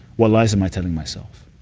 what lies am i telling myself?